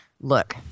look